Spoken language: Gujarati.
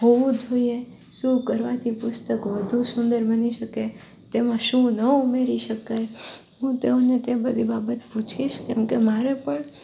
હોવું જોઈએ શું કરવાથી પુસ્તક વધુ સુંદર બની શકે તેમાં શું ન ઉમેરી શકાય હું તેઓને તે બધી બાબત પૂછીશ કેમકે મારે પણ